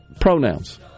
pronouns